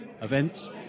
events